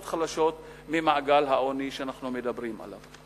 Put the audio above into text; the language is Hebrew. חלשות ממעגל העוני שאנחנו מדברים עליו.